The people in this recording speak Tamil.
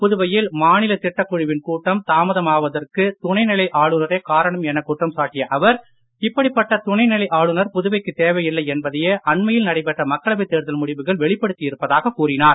புதுவையில் மாநில திட்டக் குழுவின் கூட்டம் தாமதமாவதற்கு துணைநிலை ஆளுநரே காரணம் என குற்றம் சாட்டிய அவர் இப்படிப்பட்ட துணைநிலை ஆளுநர் புதுவைக்குத் தேவை இல்லை என்பதையே அண்மையில் நடைபெற்ற மக்களவை தேர்தல் முடிவுகள் வெளிப்படுத்தி இருப்பதாக கூறினார்